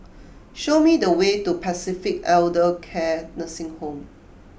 show me the way to Pacific Elder Care Nursing Home